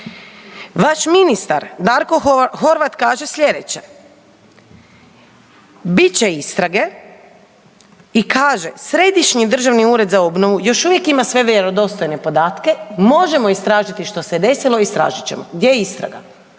vaš ministar Darko Horvat kaže slijedeće. Bit će istrage i kaže Središnji državni ured za obnovu ima sve vjerodostojne podatke, možemo istražiti što se desilo, istražit ćemo. Gdje je istraga,